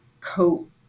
coat